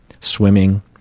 Swimming